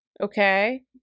Okay